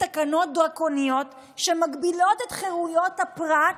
תקנות דרקוניות שמגבילות את חירויות הפרט